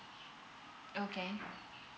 okay